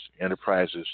Enterprises